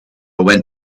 went